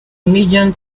medium